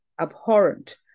abhorrent